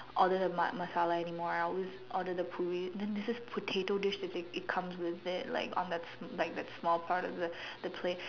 order the ma~ Masala anymore I always order the poori then there's this potato dish that it comes with it on the like that small part of the the plate